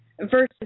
versus